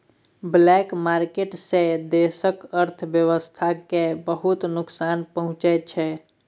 black market सँ देशक अर्थव्यवस्था केँ बहुत नोकसान पहुँचै छै